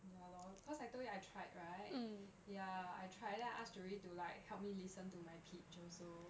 ya lor cause I told you I tried right ya I tried then I asked joey to like help me listen to my pitch also